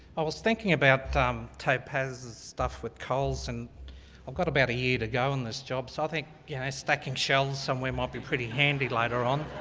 i was thinking about topaz's stuff with coles, and i've got about a year to go in this job, so i think yeah stacking shelves somewhere might be pretty handy later on,